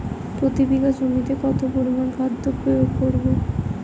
প্রতি বিঘা জমিতে কত পরিমান খাদ্য প্রয়োগ করব?